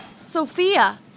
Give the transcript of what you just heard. Sophia